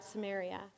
Samaria